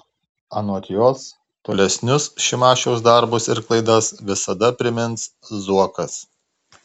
anot jos tolesnius šimašiaus darbus ir klaidas visada primins zuokas